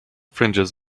fringes